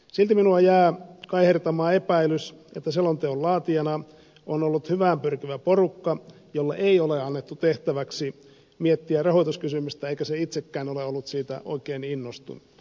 silti minua jää kaihertamaan epäilys että selonteon laatijana on ollut hyvään pyrkivä porukka jolle ei ole annettu tehtäväksi miettiä rahoituskysymystä eikä se itsekään ole ollut siitä oikein innostunut